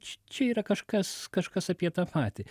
čia yra kažkas kažkas apie tą patį